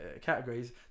categories